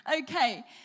Okay